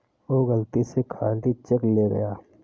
वो गलती से खाली चेक ले गया